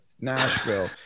Nashville